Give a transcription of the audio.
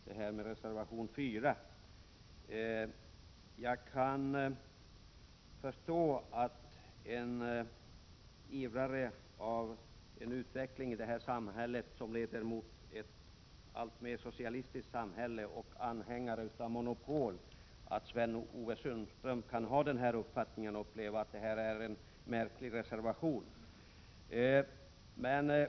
Jag kan förstå att Sten-Ove Sundström såsom en ivrare för en utveckling som leder mot ett alltmer socialistiskt samhälle och såsom en anhängare av monopol kan ha den uppfattningen och uppleva att detta är en märklig reservation.